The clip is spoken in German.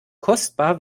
kostbar